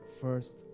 first